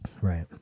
right